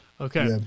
Okay